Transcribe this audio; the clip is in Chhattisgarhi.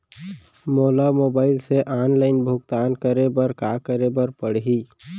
मोला मोबाइल से ऑनलाइन भुगतान करे बर का करे बर पड़ही?